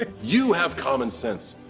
ah you have common sense.